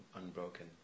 unbroken